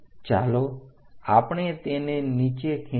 ચાલો આપણે તેને નીચે ખેંચીએ